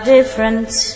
Difference